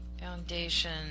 Foundation